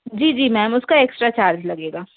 जी जी मैम उसका extra charge लगेगा